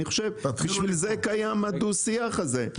אני חושב שבשביל זה קיים הדו-שיח הזה.